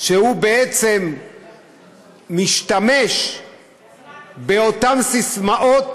שבעצם משתמש באותן סיסמאות